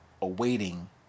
awaiting